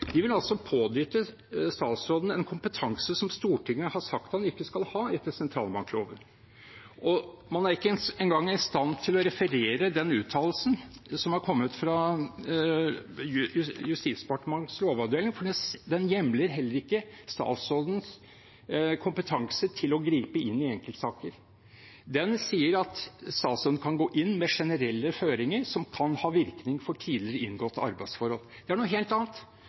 De vil altså pådytte statsråden en kompetanse som Stortinget har sagt han ikke skal ha etter sentralbankloven. Man er ikke engang i stand til å referere den uttalelsen som har kommet fra Justisdepartementets lovavdeling, for den hjemler heller ikke statsrådens kompetanse til å gripe inn i enkeltsaker. Den sier at statsråden kan gå inn med generelle føringer som kan ha virkning for tidligere inngåtte arbeidsforhold. Det er noe helt annet.